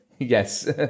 Yes